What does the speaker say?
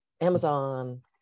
Amazon